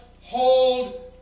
hold